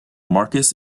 marcus